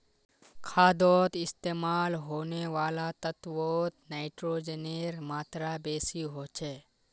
खादोत इस्तेमाल होने वाला तत्वोत नाइट्रोजनेर मात्रा बेसी होचे